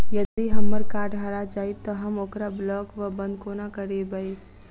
यदि हम्मर कार्ड हरा जाइत तऽ हम ओकरा ब्लॉक वा बंद कोना करेबै?